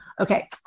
Okay